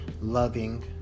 loving